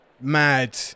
mad